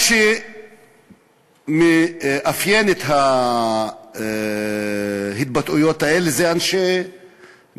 מה שמאפיין את ההתבטאויות האלה זה שאלה אנשי מקצוע,